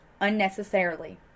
unnecessarily